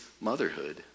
motherhood